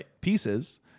pieces